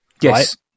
Yes